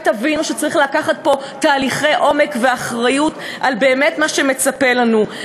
מתי תבינו שצריך לקחת פה תהליכי עומק ואחריות באמת על מה שמצפה לנו?